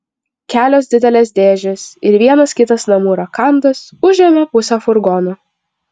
kelios didelės dėžės ir vienas kitas namų rakandas užėmė pusę furgono